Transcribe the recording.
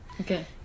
Okay